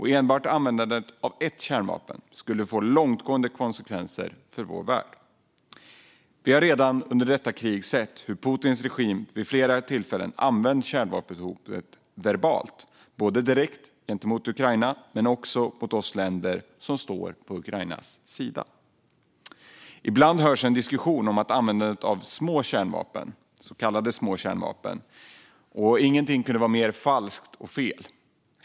Enbart användandet av ett kärnvapen skulle få långtgående konsekvenser för vår värld. Vi har redan under detta krig sett hur Putins regim vid flera tillfällen har använt kärnvapenhotet verbalt, direkt mot Ukraina men också mot oss länder som står på Ukrainas sida. Ibland hörs en diskussion om användandet av så kallade små kärnvapen. Ingenting kunde vara mer falskt och fel.